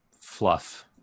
fluff